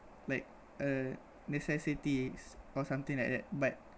like a necessity or something like that but